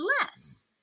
less